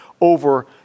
over